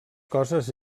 coses